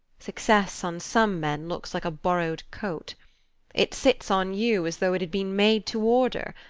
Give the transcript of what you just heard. success on some men looks like a borrowed coat it sits on you as though it had been made to order.